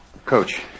Coach